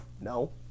no